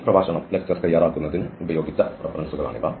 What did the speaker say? ഈ പ്രഭാഷണം തയ്യാറാക്കുന്നതിന് ഉപയോഗിച്ച റഫറൻസുകളാണ് ഇവ